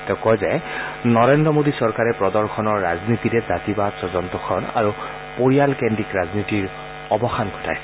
তেওঁ কয় যে নৰেন্দ্ৰ মোদী চৰকাৰে প্ৰদৰ্শনৰ ৰাজনীতিৰে জাতিবাদ স্বজন তোষণ আৰু পৰিয়ালকেদ্ৰীক ৰাজনীতিৰ অৱসান ঘটাইছে